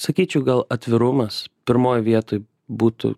sakyčiau gal atvirumas pirmoj vietoj būtų